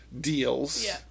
deals